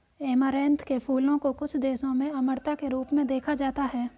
amaranth के फूलों को कुछ देशों में अमरता के रूप में देखा जाता है